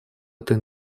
этой